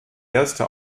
erste